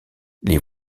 les